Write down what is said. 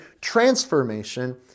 transformation